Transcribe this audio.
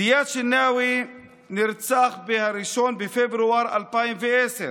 זיאד שינאוי נרצח ב-1 בפברואר 2010,